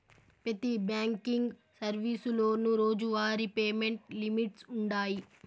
పెతి బ్యాంకింగ్ సర్వీసులోనూ రోజువారీ పేమెంట్ లిమిట్స్ వుండాయి